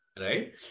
Right